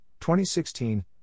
2016